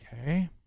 Okay